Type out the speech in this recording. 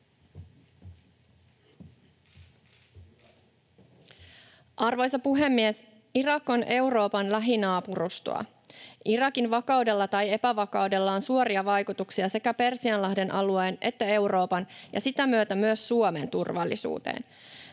Arvoisa puhemies! Irak on Euroopan lähinaapurustoa. Irakin vakaudella tai epävakaudella on suoria vaikutuksia sekä Persianlahden alueen että Euroopan ja sitä myötä myös Suomen turvallisuuteen.